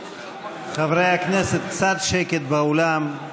חברי הכנסת, קצת שקט באולם.